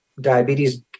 diabetes